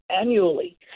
annually